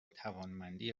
توانمندی